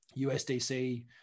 USDC